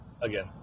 again